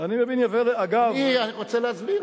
אני רוצה להסביר.